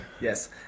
Yes